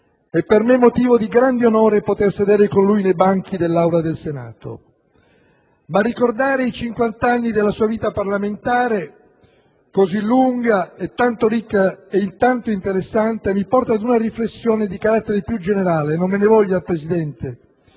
è per me motivo di grande onore poter sedere con lui nei banchi del Senato. Ma ricordare i cinquant'anni della sua vita parlamentare, così lunga e tanto ricca ed interessante, mi porta ad una riflessione di carattere più generale - non me ne voglia, Presidente